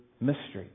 mystery